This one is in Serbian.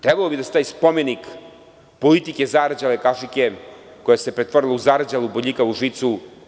Trebalo bi da stoji spomenik politike zarđale kašike koja se pretvorila u zarđalu bodljikavu žicu.